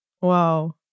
Wow